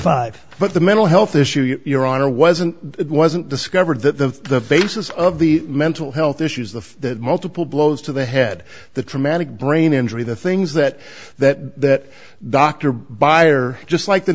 five but the mental health issue your honor wasn't it wasn't discovered that the basis of the mental health issues the multiple blows to the head the traumatic brain injury the things that that doctor buyer just like the